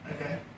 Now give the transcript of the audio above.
Okay